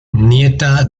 nieta